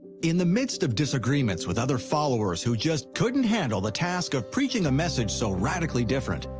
in the midst of disagreements with other followers who just couldn't handle the task of preaching a message so radically different,